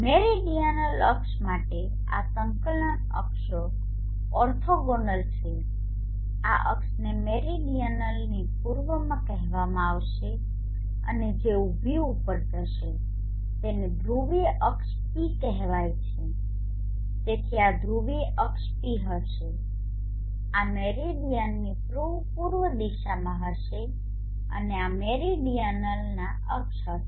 meridional અક્ષો માટે આ સંકલન અક્ષો ઓર્થોગોનલ છે આ અક્ષોને મેરિડીયનની પૂર્વમાં કહેવામાં આવશે અને જે ઉભી ઉપર જશે તેને ધ્રુવીય અક્ષ પી કહેવામાં આવશે તેથી આ ધ્રુવીય અક્ષ પી હશે આ મેરિડીયનની પૂર્વ દિશામાં હશે અને આ મેરિડીયનલ અક્ષ હશે